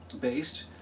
based